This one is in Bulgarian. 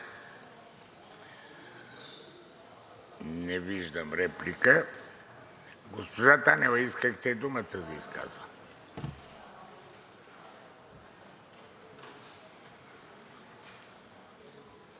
Не виждам. Госпожа Танева, искахте думата за изказване.